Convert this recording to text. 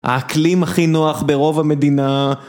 האקלים הכי נוח ברוב המדינה